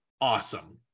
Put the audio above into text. awesome